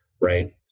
right